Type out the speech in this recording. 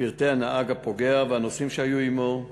פרטי הנהג הפוגע והנוסעים שהיו עמו,